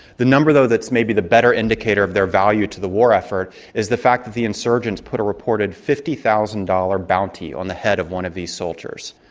the number though that's maybe the better indicator of their value to the war effort is the fact that the insurgents put a reported fifty thousand dollars bounty on the head of one of these soldiers.